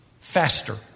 faster